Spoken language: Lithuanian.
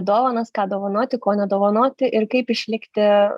dovanas ką dovanoti ko nedovanoti ir kaip išlikti